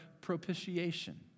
propitiation